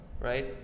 right